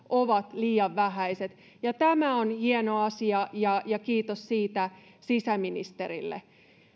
ovat liian vähäiset tämä on hieno asia ja ja kiitos siitä sisäministerille